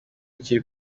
kiri